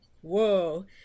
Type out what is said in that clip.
whoa